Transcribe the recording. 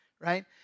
right